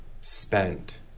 spent